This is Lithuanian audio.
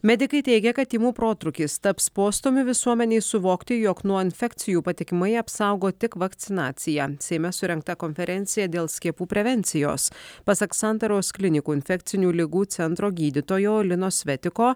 medikai teigia kad tymų protrūkis taps postūmiu visuomenei suvokti jog nuo infekcijų patikimai apsaugo tik vakcinacija seime surengta konferencija dėl skiepų prevencijos pasak santaros klinikų infekcinių ligų centro gydytojo lino svetiko